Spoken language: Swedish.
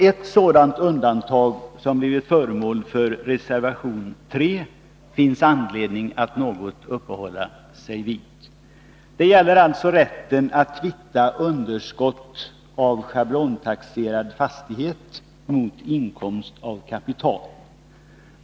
Ett sådant undantag, som blivit föremål för reservation 3, finns det anledning att något uppehålla sig vid. Det gäller rätten att kvitta underskott av schablontaxerad fastighet mot inkomst av kapital.